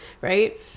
right